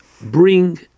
bring